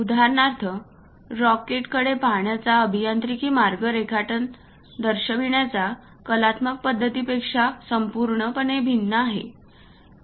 उदाहरणार्थ रॉकेट कडे पाहण्याचा अभियांत्रिकी मार्ग रेखाटन दर्शविण्याच्या कलात्मक पद्धतीपेक्षा पूर्णपणे भिन्न आहे